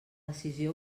decisió